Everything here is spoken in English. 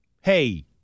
Hey